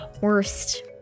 Worst